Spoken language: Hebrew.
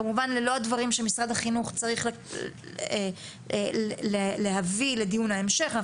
כמובן ללא הדברים שמשרד החינוך צריך להביא לדיון המשך,